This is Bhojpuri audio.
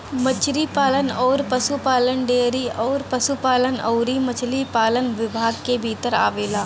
मछरी पालन अउर पसुपालन डेयरी अउर पसुपालन अउरी मछरी पालन विभाग के भीतर आवेला